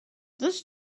this